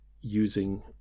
using